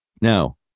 Now